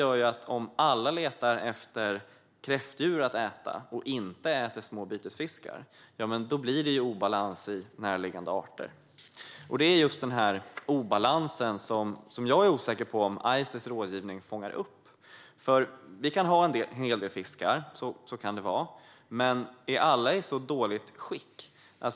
Och om alla letar efter kräftdjur att äta och inte äter små bytesfiskar blir det obalans i närliggande arter. Det är just obalansen som jag är osäker på om Ices rådgivning fångar upp. Det kan nämligen vara på det sättet att vi har en hel del fiskar.